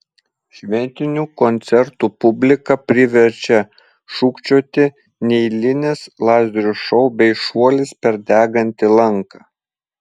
šventinių koncertų publiką priverčia šūkčioti neeilinis lazerių šou bei šuolis per degantį lanką